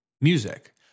music